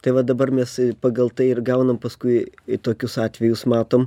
tai va dabar mes pagal tai ir gaunam paskui ir tokius atvejus matom